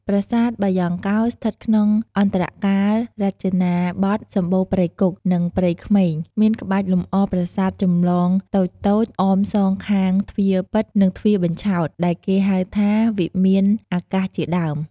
ប្រាសាទបាយ៉ង់កោ ស្ថិតក្នុងអន្តរកាលរចនាបថសម្បូរព្រៃគុក និងព្រៃក្មេង មានក្បាច់លម្អប្រាសាទចម្លងតូចៗ អមសងខាងទ្វារពិត និងទ្វារបញ្ឆោត ដែលគេហៅថា វិមានអាកាសជាដើម។